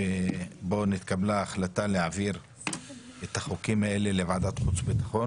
שבו נתקבלה ההחלטה להעביר את החוקים לוועדת החוץ והביטחון,